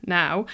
now